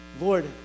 Lord